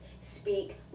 speak